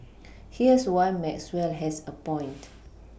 here's why Maxwell has a point